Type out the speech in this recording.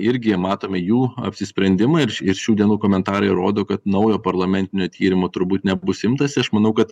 irgi matome jų apsisprendimą ir š ir šių dienų komentarai rodo kad naujo parlamentinio tyrimo turbūt nebus imtasi aš manau kad